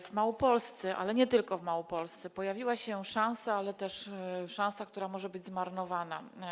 W Małopolsce - ale nie tylko w Małopolsce - pojawiła się szansa, ale jest to też szansa, która może być zmarnowana.